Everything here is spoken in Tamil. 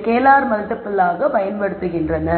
ஸ்கேலார் மல்டிபிள்ளாக பயன்படுத்துகின்றனர்